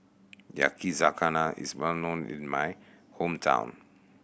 yakizakana is well known in my hometown